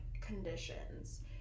conditions